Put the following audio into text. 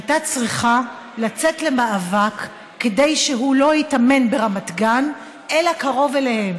הייתה צריכה לצאת למאבק כדי שהוא לא ייטמן ברמת גן אלא קרוב אליהם,